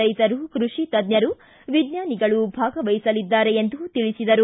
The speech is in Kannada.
ರೈತರು ಕೃಷಿ ತಜ್ಞರು ವಿಜ್ಞಾನಿಗಳು ಭಾಗವಹಿಸಲಿದ್ದಾರೆ ಎಂದು ತಿಳಿಸಿದರು